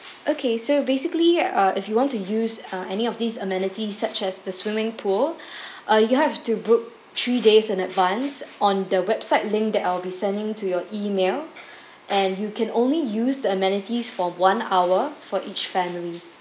okay so basically uh if you want to use uh any of these amenities such as the swimming pool uh you have to book three days in advance on the website link that I'll be sending to your email and you can only use the amenities for one hour for each family